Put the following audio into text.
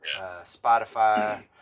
Spotify